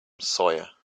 sawyer